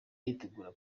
yitegura